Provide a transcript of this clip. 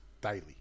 daily